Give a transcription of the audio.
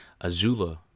Azula